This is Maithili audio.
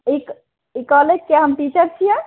इक ई कॉलेज छियै हम टीचर छियै